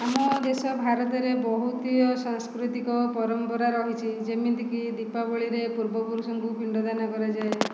ଆମ ଦେଶ ଭାରତରେ ବହୁତୀୟ ସାଂସ୍କୃତିକ ପରମ୍ପରା ରହିଛି ଯେମିତିକି ଦୀପାବଳିରେ ପୂର୍ବ ପୁରୁଷଙ୍କୁ ପିଣ୍ଡଦାନ କରାଯାଏ